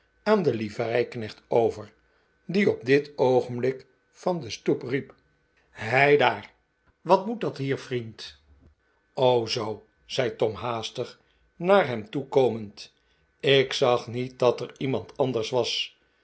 aan den livreiknecht over die op dit oogenblik van de stoep riep heidaar wat moet dat hier vriend zoo zei tom haastig naar hem toe komend ik zag niet dat er iemand anders was